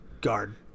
guard